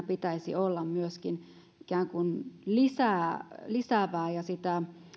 pitäisi olla myöskin lisäävää lisäävää ja